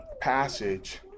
passage